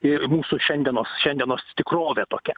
ir mūsų šiandienos šiandienos tikrovė tokia